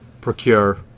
procure